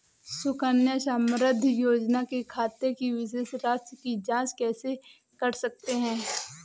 सुकन्या समृद्धि योजना के खाते की शेष राशि की जाँच कैसे कर सकते हैं?